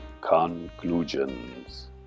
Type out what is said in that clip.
conclusions